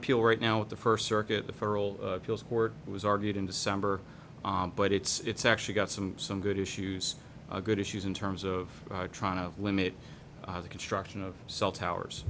appeal right now at the first circuit the federal appeals court was argued in december but it's actually got some some good issues good issues in terms of trying to limit the construction of cell towers